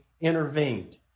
intervened